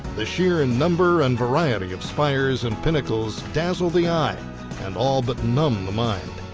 the sheer and number and variety of spires and pinnacles dazzle the eye and all but numb the mind.